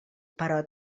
però